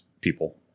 people